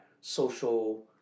social